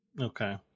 Okay